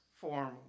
form